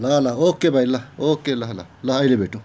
ल ल ओके भाइ ल ओके ल ल ल अहिले भेटौँ